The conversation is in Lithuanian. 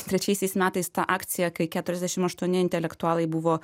trečiaisiais metais ta akcija kai keturiasdešim aštuoni intelektualai buvo